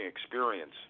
experience